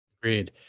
Agreed